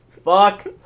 Fuck